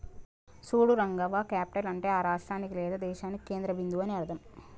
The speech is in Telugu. చూడు రంగవ్వ క్యాపిటల్ అంటే ఆ రాష్ట్రానికి లేదా దేశానికి కేంద్ర బిందువు అని అర్థం